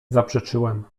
zaprzeczyłem